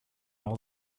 all